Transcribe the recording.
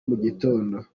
mugitondo